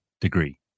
degree